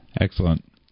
Excellent